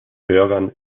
bürgern